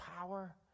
power